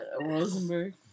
Rosenberg